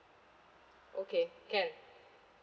okay can